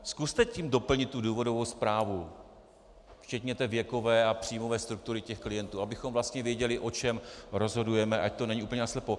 Zkuste tím doplnit tu důvodovou zprávu včetně věkové a příjmové struktury klientů, abychom věděli, o čem rozhodujeme, ať to není úplně naslepo.